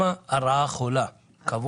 הרעה החולה היא